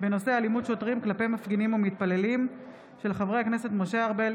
בהצעתם של חברי הכנסת משה ארבל,